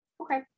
okay